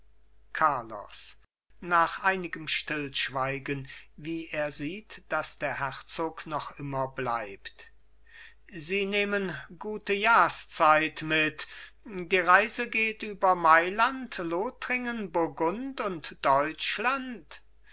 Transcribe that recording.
carlos nach einigem stillschweigen wie er sieht daß der herzog noch immer bleibt sie nehmen gute jahrszeit mit die reise geht über mailand lothringen burgund und deutschland